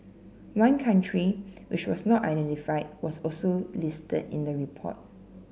one country which was not identified was also listed in the report